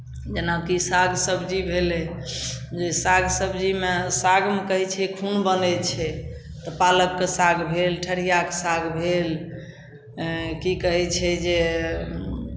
जेनाकि साग सबजी भेलै जे साग सबजीमे सागमे कहै छै कि खून बनै छै तऽ पालकके साग भेल ठरियाके साग भेल की कहै छै जे